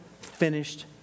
finished